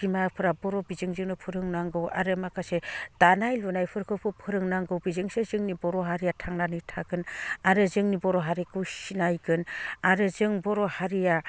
बिमाफ्रा बर' बिजोंजोंनो फोरोंनांगौ आरो माखासे दानाय लुनायफोरखौ फोरोंनांगौ बेजोंसो जोंनि बर' हारिया थांनानै थागोन आरो जोंनि बर' हारिखौ सिनायगोन आरो जों बर' हारिया